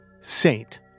saint